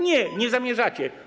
Nie, nie zamierzacie.